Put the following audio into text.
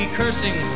cursing